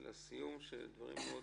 נכנסנו לסיום שהדברים מאוד